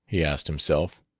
he asked himself.